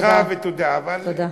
סליחה ותודה, אבל, תודה.